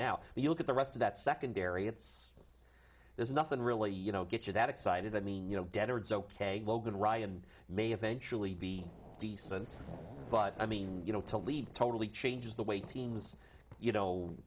if you look at the rest of that secondary it's there's nothing really you know get you that excited i mean you know dead or it's ok logan ryan may eventually be decent but i mean you know to lead totally changes the way teams you know